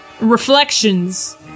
Reflections